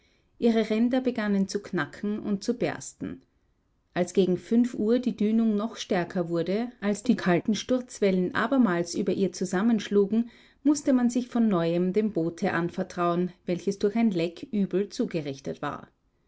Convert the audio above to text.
ihre ränder begannen zu knacken und zu bersten als gegen fünf uhr die dünung noch stärker wurde als die alten sturzwellen abermals über ihr zusammenschlugen mußte man sich von neuem dem boote anvertrauen welches durch ein leck übel zugerichtet war